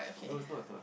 no is not not